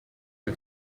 più